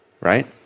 Right